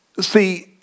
See